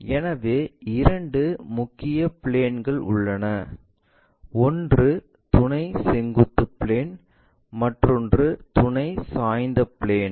எனவே இரண்டு முக்கிய பிளேன்கள் உள்ளன ஒன்று துணை செங்குத்து பிளேன் மற்றொன்று துணை சாய்ந்த பிளேன்